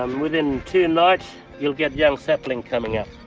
um within two nights, you'll get young saplings coming up.